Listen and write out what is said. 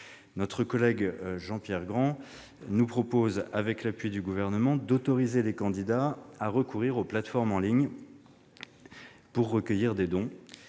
Notre collègue Jean-Pierre Grand nous propose, avec l'appui du Gouvernement, d'autoriser les candidats à recourir aux plateformes en ligne pour recueillir des dons.